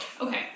Okay